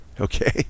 Okay